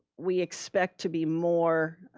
we expect to be more,